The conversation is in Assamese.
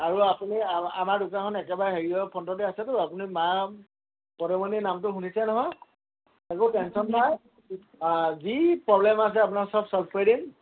আৰু আপুনি আমাৰ দোকানখনত একেবাৰে হেৰিয়ৰ ফ্ৰণ্টতে আছেতো আপুনি মা পদুমণীৰ নামটো শুনিছে নহয় একো টেনশ্যন নায় যি প্ৰব্লেম আছে আপোনাক চব চল্ভ কৰি দিম